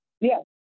Yes